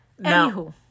Anywho